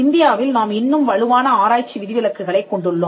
இந்தியாவில் நாம் இன்னும் வலுவான ஆராய்ச்சி விதிவிலக்குகளைக் கொண்டுள்ளோம்